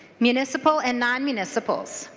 municipal and non-municipal so